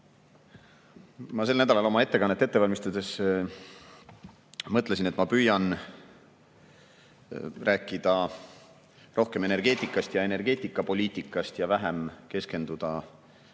Ma sel nädalal oma ettekannet ette valmistades mõtlesin, et ma püüan rääkida rohkem energeetikast ja energiapoliitikast ning püüan vähem keskenduda üldistele